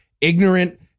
ignorant